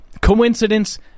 Coincidence